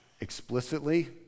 explicitly